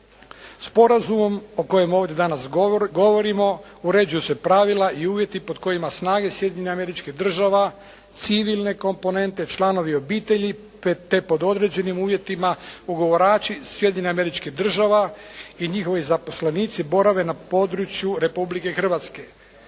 Sporazum o kojem ovdje danas govorimo uređuju se pravila i uvjeti pod kojima snage Sjedinjenih Američkih Država civilne komponente, članovi obitelji, … te pod određenim uvjetima ugovarači Sjedinjenih Američkih Država i njihovi zaposlenici borave na području Republke Hrvatske.